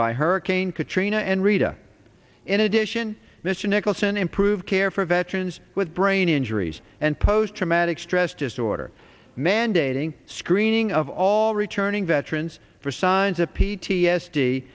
by hurricane katrina and rita in addition mission eggleston improve care for veterans with brain injuries and post traumatic stress disorder mandating screening of all returning veterans for signs of p t s d